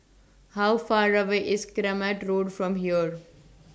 How Far away IS Kramat Road from here